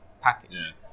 package